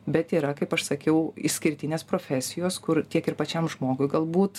bet yra kaip aš sakiau išskirtinės profesijos kur tiek ir pačiam žmogui galbūt